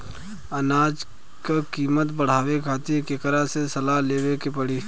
अनाज क कीमत बढ़ावे खातिर केकरा से सलाह लेवे के पड़ी?